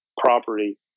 property